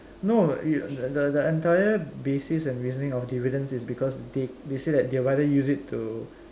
no yo~ the the entire basis and reasoning of dividends is because they they say that they rather use it to